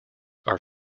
are